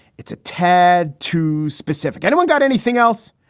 it's a tad too specific. anyone got anything else?